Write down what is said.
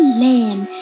land